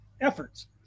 efforts